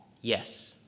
Yes